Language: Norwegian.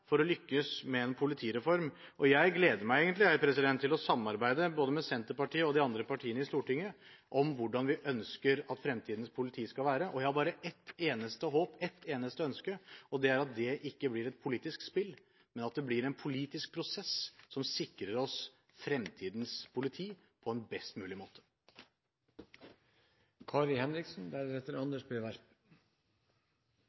Vi må lykkes på alle disse tre områdene for å lykkes med en politireform. Jeg gleder meg egentlig til å samarbeide med både Senterpartiet og de andre partiene i Stortinget om hvordan vi ønsker at fremtidens politi skal være. Jeg har bare ett eneste håp – ett eneste ønske. Det er at det ikke blir et politisk spill, men en politisk prosess som sikrer oss fremtidens politi på en best mulig måte.